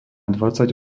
dvadsať